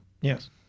Yes